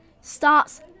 starts